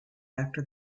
after